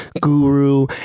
guru